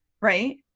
Right